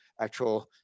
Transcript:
actual